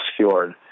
obscured